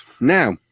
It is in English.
Now